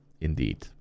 indeed